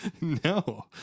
No